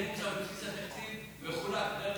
זה נמצא בבסיס התקציב, מחולק.